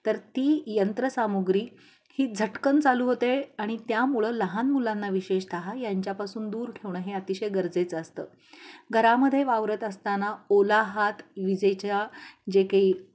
तर ती यंत्रसामुग्री ही झटकन चालू होते आणि त्यामुळं लहान मुलांना विशेषतः यांच्यापासून दूर ठेवणं हे अतिशय गरजेचं असतं घरामध्ये वावरत असताना ओला हात विजेच्या जे काही